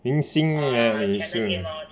明星 leh 你也是